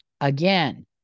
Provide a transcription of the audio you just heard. Again